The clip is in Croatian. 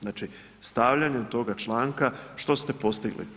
Znači stavljanjem toga članka što ste postigli?